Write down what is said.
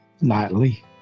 nightly